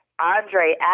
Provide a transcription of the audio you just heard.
Andre